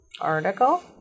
article